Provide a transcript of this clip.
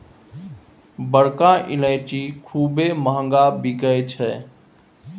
बड़का ईलाइची खूबे महँग बिकाई छै